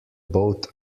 boat